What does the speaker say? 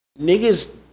niggas